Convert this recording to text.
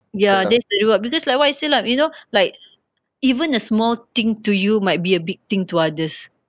ya that's to do lah because like what I say lah you know like even a small thing to you might be a big thing to others